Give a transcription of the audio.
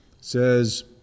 says